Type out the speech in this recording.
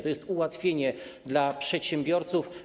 To jest ułatwienie dla przedsiębiorców.